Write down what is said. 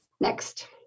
next